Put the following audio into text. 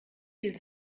viel